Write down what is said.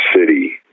city